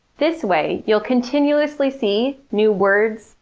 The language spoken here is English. this way, you'll continuously see new words,